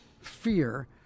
fear